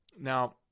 Now